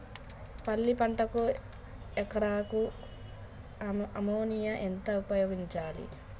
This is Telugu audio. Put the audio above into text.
పల్లి పంటకు ఎకరాకు అమోనియా ఎంత ఉపయోగించాలి?